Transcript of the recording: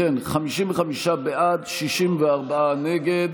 אם כן, 55 בעד, 64 נגד.